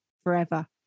forever